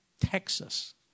Texas